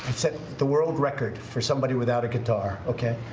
set the world record for somebody without a guitar, okay?